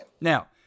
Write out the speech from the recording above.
Now